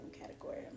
category